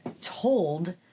told